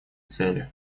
цели